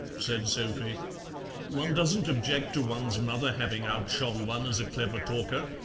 said sophie one doesn't object to one's mother having outshone one as a clever talker,